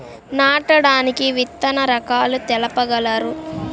నాటడానికి విత్తన రకాలు తెలుపగలరు?